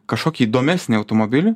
kašokį įdomesnį automobilį